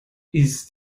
ist